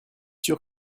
sûr